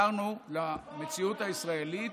הדבר העיקרי שהחזרנו למציאות הישראלית